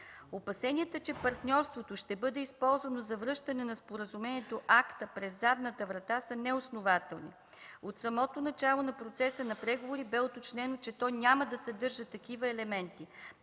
Опасенията, че партньорството ще бъде използвано за връщане на споразумението АКТА през задната врата, са неоснователни. От самото начало на процеса на преговори бе уточнено, че то няма да съдържа такива елементи.